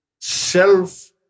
self